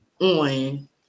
on